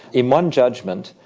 in one judgment,